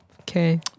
Okay